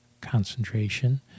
concentration